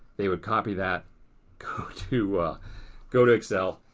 they would copy that go to go to excel,